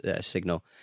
signal